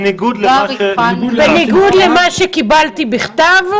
בניגוד למה שקיבלתי בכתב,